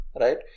right